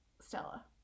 Stella